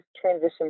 Transition